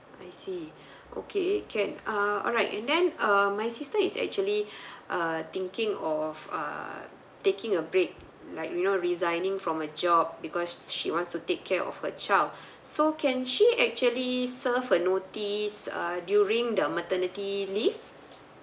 I see okay can uh alright and then uh my sister is actually uh thinking of err taking a break like you know resigning from a job because she wants to take care of her child so can she actually serve a notice uh during the maternity leave